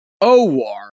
O-War